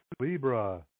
Libra